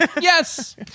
Yes